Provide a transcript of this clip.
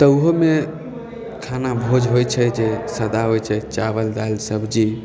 तऽ ओहोमे खाना भोज होइ छै जे सादा होइ छै चावल दालि सब्जी